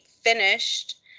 finished